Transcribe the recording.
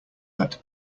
that